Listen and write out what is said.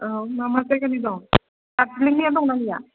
औ मा मा जायगानि दं दार्जिलिंनिया दंना गैया